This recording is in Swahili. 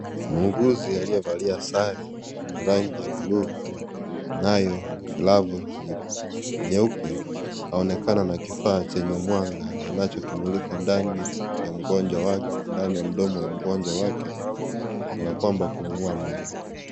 Muuguzi aliyevalia sare ya rangi ya buluu. Nayo glovu nyeupe. Aonekana na kifaa chenye mwanga anacho kimulika ndani ya mgonjwa wake. Ndani ya mdomo wa mgonjwa wake kana kwamba, kumg'oa meno.